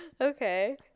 Okay